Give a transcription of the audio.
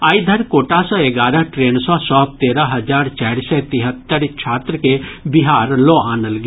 आइ धरि कोटा सँ एगारह ट्रेन सँ सभ तेरह हजार चारि सय तिहत्तरि छात्र के बिहार लऽ आनल गेल